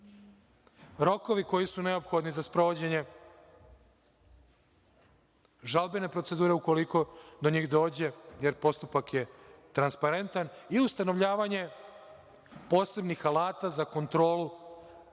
rokovi koji su neophodni za sprovođenje, žalbene procedure ukoliko do njih dođe, jer postupak je transparentan i ustanovljavanje posebnih alata za kontrolu